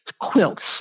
quilts